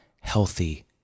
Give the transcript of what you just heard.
healthy